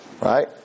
Right